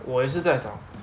我也是在找